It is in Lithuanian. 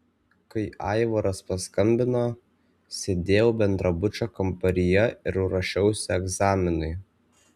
kai aivaras paskambino sėdėjau bendrabučio kambaryje ir ruošiausi egzaminui